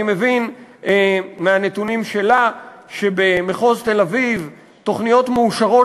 אני מבין מהנתונים שלה שבמחוז תל-אביב תוכניות מאושרות